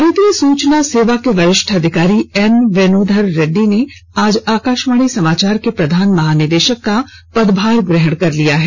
भारतीय सूचना सेवा के वरिष्ठ अधिकारी एन वेणुधर रेड्डी ने आज आकाशवाणी समाचार के प्रधान महानिदेशक का पदभार ग्रहण कर लिया है